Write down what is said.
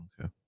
okay